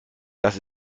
das